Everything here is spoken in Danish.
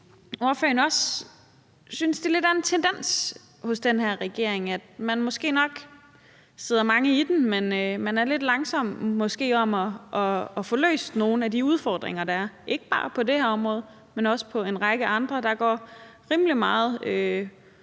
ordføreren også synes, at det lidt er en tendens hos den her regering, at man måske nok sidder mange i den, men er lidt langsomme i forhold til at få løst nogle af de udfordringer, ikke bare på det her område, men også på en række andre områder. Der går rimelig meget kommission